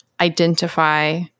identify